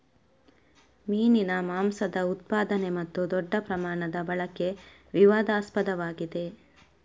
ಮೀನಿನ ಮಾಂಸದ ಉತ್ಪಾದನೆ ಮತ್ತು ದೊಡ್ಡ ಪ್ರಮಾಣದ ಬಳಕೆ ವಿವಾದಾಸ್ಪದವಾಗಿದೆ